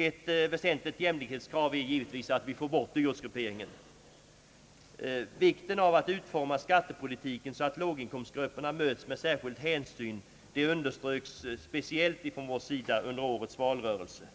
Ett väsentligt jämlikhetskrav är givetvis att få bort dyrortsgrupperingen av lönerna. Vikten av att utforma skattepoliti ken så att låginkomstgrupperna möts med särskild hänsyn underströks från vårt håll bl.a. under valrörelsen.